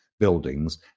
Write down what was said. Buildings